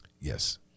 Yes